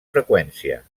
freqüència